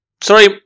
sorry